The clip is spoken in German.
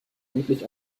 endlich